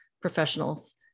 professionals